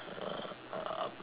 uh up~